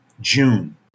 June